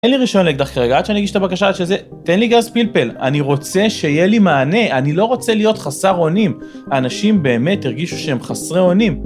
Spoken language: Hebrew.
אין לי רישיון לאקדח כרגע, עד שאני אגיש את הבקשה עד שזה, תן לי גז פלפל, אני רוצה שיהיה לי מענה, אני לא רוצה להיות חסר אונים, האנשים באמת הרגישו שהם חסרי אונים